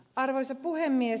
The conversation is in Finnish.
arvoisa puhemies